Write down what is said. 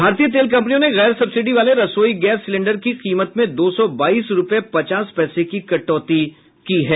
भारतीय तेल कम्पनियों ने गैर सब्सिडी वाले रसोई गैस सिलेंडर की कीमत में दो सौ बाईस रूपये पचास पैसे की कटौती की है